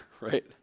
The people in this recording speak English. right